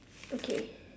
okay